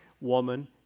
woman